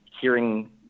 hearing